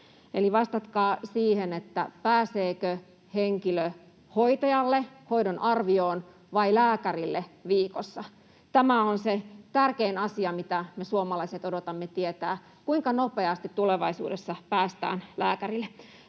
vastatkaa siihen, pääseekö henkilö hoitajalle hoidon arvioon vai lääkärille viikossa. Tämä on se tärkein asia, mitä me suomalaiset odotamme tietää: kuinka nopeasti tulevaisuudessa päästään lääkärille?